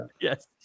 Yes